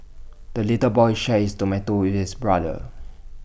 the little boy shared his tomato with his brother